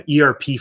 ERP